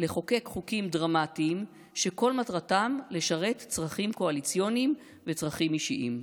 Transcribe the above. לחוקק חוקים דרמטיים שכל מטרתם לשרת צרכים קואליציוניים וצרכים אישיים.